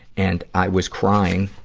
and i was crying